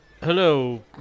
Hello